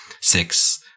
six